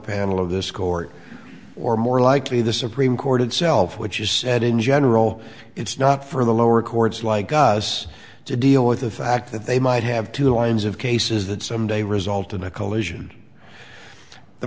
panel of this court or more likely the supreme court itself which is said in general it's not for the lower courts like us to deal with the fact that they might have two lines of cases that someday result in a collision the